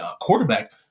quarterback